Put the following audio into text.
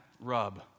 rub